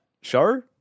Show